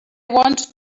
want